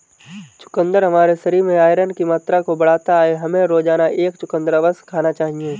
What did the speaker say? चुकंदर हमारे शरीर में आयरन की मात्रा को बढ़ाता है, हमें रोजाना एक चुकंदर अवश्य खाना चाहिए